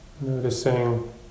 Noticing